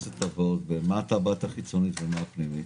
מה הטבעת החיצונית ומה הפנימית?